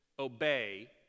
obey